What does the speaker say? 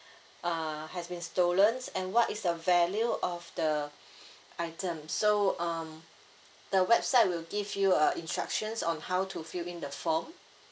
uh has been stolen and what is the value of the item so um the website will give you uh instructions on how to fill in the form